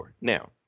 Now